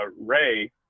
Ray